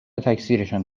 تکثیرشان